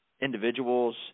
individuals